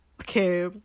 Okay